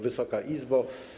Wysoka Izbo!